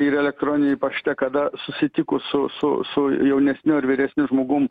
ir elektroniny pašte kada susitikus su su su jaunesniu ar vyresniu žmogumi